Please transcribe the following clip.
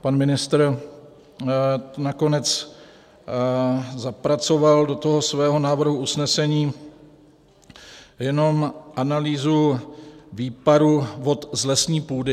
Pan ministr nakonec zapracoval do svého návrhu usnesení jenom analýzu výparu vod z lesní půdy.